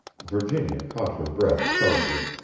virginia caught her breath sharply.